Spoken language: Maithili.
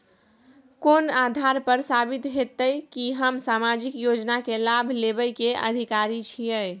कोन आधार पर साबित हेते की हम सामाजिक योजना के लाभ लेबे के अधिकारी छिये?